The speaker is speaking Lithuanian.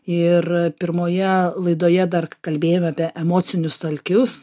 ir pirmoje laidoje dar kalbėjome apie emocinius alkius